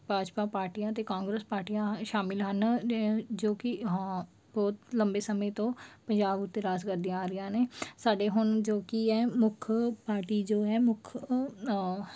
ਭਾਜਪਾ ਪਾਰਟੀਆਂ ਅਤੇ ਕਾਂਗਰਸ ਪਾਰਟੀਆਂ ਸ਼ਾਮਿਲ ਹਨ ਜ ਜੋ ਕਿ ਹਾਂ ਬਹੁਤ ਲੰਬੇ ਸਮੇਂ ਤੋਂ ਪੰਜਾਬ ਉੱਤੇ ਰਾਜ ਕਰਦੀਆਂ ਆ ਰਹੀਆਂ ਨੇ ਸਾਡੇ ਹੁਣ ਜੋ ਕਿ ਹੈ ਮੁੱਖ ਪਾਰਟੀ ਜੋ ਹੈ ਮੁੱਖ